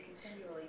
continually